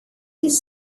these